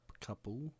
couple